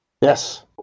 Yes